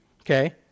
Okay